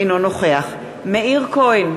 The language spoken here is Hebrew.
אינו נוכח מאיר כהן,